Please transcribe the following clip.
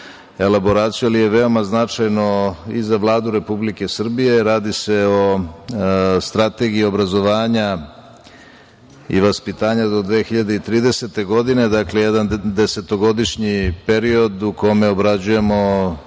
ali je veoma značajno i za Vladu Republike Srbije. Radi se o strategiji obrazovanja i vaspitanja do 2030. godine. Dakle, jedan desetogodišnji period u kome obrađujemo